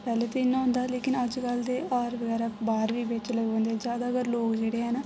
पैह्लें ते इ'यां होंदा हा लेकिन अज्जकल ते हार बगैरा बाहर बी बेचन लग्गी पौंदे जादातर लोग जेह्डे़ हैन